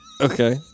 okay